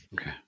Okay